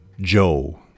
Joe